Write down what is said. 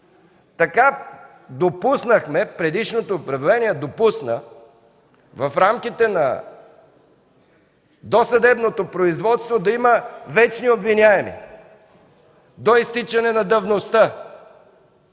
така предишното управление допусна в рамките на досъдебното производство да има „вечни обвиняеми” до изтичане на давността